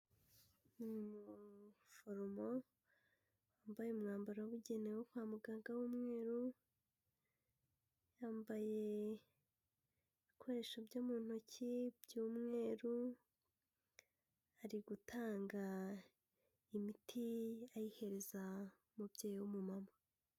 Ni umuforomo wambaye umwambaro wabugenewe wo kwa muganga w'umweru, yambaye ibikoresho byo mu ntoki by'umweru, ari gutanga imiti ayihereza umubyeyi w'umumama.